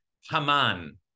Haman